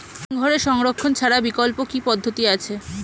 হিমঘরে সংরক্ষণ ছাড়া বিকল্প কি পদ্ধতি আছে?